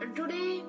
today